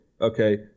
Okay